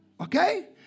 Okay